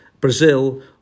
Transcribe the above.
Brazil